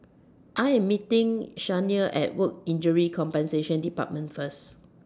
I Am meeting Shania At Work Injury Compensation department First